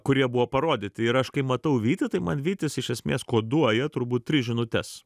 kurie buvo parodyti ir aš kai matau vytį tai man vytis iš esmės koduoja turbūt tris žinutes